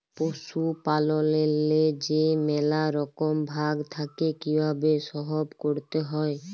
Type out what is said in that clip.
পশুপাললেল্লে যে ম্যালা রকম ভাগ থ্যাকে কিভাবে সহব ক্যরতে হয়